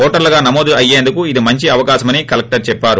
ఓటర్లుగా నమోదు అయ్యేందుకు ఇది మంచి అవకాశమని కలెక్లర్ చెప్పారు